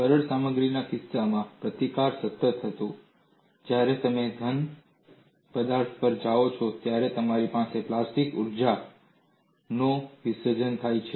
બરડ સામગ્રીના કિસ્સામાં પ્રતિકાર સતત હતો જ્યારે તમે તન્ય ઘન પદાર્થો પર જાઓ છો ત્યારે તમારી પાસે પ્લાસ્ટિક ઊર્જાનો વિસર્જન થાય છે